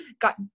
got